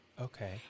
Okay